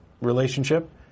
relationship